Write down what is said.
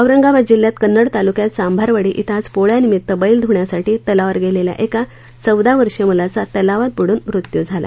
औरंगाबाद जिल्ह्याच्या कन्नड तालुक्यात चांभारवाडी इथं आज पोळ्यानिमित्त बैल धुण्यासाठी तलावावर गेलेल्या एका चौदा वर्षीय मुलाचा तलावात बुड्न मृत्यू झाला